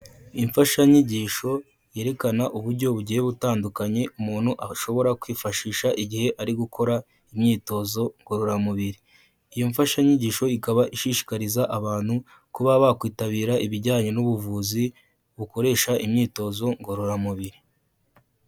Imfashanyigisho yerekana uburyo bugiye gutandukanye umuntu ashobora kwifashisha igihe ari gukora imyitozo ngororamubiri, iyo mfashanyigisho ikaba ishishikariza abantu kuba bakwitabira ibijyanye n'ubuvuzi bukoresha imyitozo ngororamubiri.